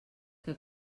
que